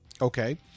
Okay